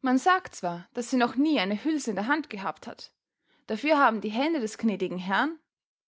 man sagt zwar daß sie noch nie eine hülse in der hand gehabt hat dafür haben aber die hände des gnädigen herrn